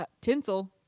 tinsel